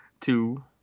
two